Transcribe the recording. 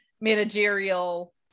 managerial